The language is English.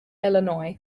illinois